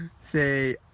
Say